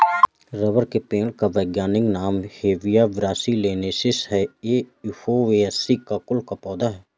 rubber के पेड़ का वैज्ञानिक नाम हेविया ब्रासिलिनेसिस है ये युफोर्बिएसी कुल का पौधा है